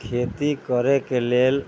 खेती करय के लेल